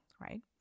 right